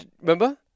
remember